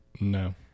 No